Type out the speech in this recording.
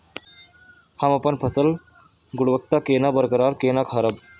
हम अपन फसल गुणवत्ता केना बरकरार केना राखब?